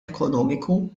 ekonomiku